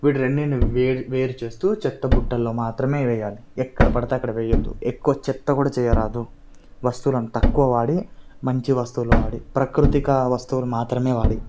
వీటి రెండింటి వేరు వేరు చేస్తూ చెత్త బుట్టల్లో మాత్రమే వేయాలి ఎక్కడ పడితే అక్కడ వేయద్దు ఎక్కువ చెత్త కూడా చేయరాదు వస్తువులను తక్కువ వాడి మంచి వస్తువులు వాడి ప్రకృతిక వస్తువులు మాత్రమే వాడి